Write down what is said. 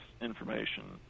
information